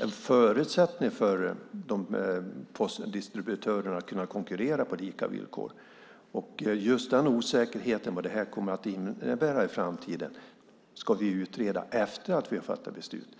en förutsättning för att postdistributörerna ska kunna konkurrera på lika villkor. Just osäkerheten kring vad det här kommer att innebära i framtiden ska vi utreda efter det att vi har fattat beslut.